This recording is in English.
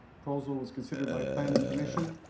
proposal was considered by planning commission.